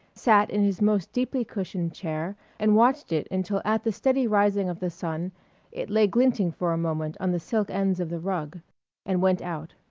sat in his most deeply cushioned chair and watched it until at the steady rising of the sun it lay glinting for a moment on the silk ends of the rug and went out.